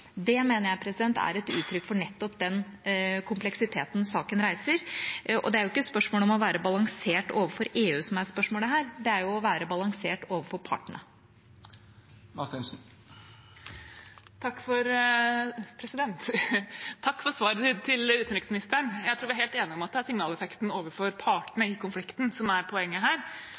Det mener jeg er et uttrykk for nettopp den kompleksiteten saken reiser. Det er jo ikke det å være balansert overfor EU som er spørsmålet her, det er å være balansert overfor partene. Takk til utenriksministeren for svaret. Jeg tror vi er helt enige om at det er signaleffekten overfor partene i konflikten som er poenget her,